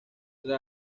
tras